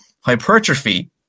Hypertrophy